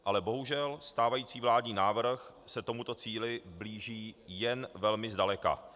Ale bohužel stávající vládní návrh se tomuto cíli blíží jen velmi zdaleka.